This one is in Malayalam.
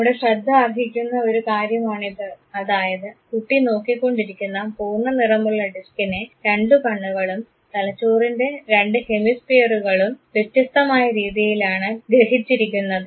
നമ്മുടെ ശ്രദ്ധ അർഹിക്കുന്ന ഒരു കാര്യമാണിത് അതായത് കുട്ടി നോക്കിക്കൊണ്ടിരുന്ന പൂർണ്ണ നിറമുള്ള ഡിസ്കിനെ രണ്ട് കണ്ണുകളും തലച്ചോറിൻറെ രണ്ട് ഹെമിസ്പിയറുകളും വ്യത്യസ്തമായ രീതിയിലാണ് ഗ്രഹിച്ചിരിക്കുന്നത്